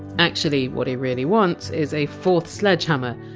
actually what he really wants is a fourth sledgehammer,